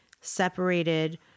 separated